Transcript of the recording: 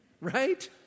right